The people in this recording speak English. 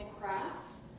Crafts